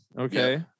Okay